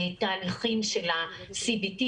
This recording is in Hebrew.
בתהליכים של ה-CBT,